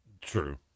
True